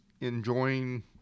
enjoying